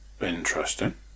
interesting